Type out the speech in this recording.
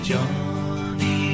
Johnny